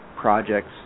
projects